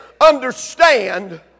understand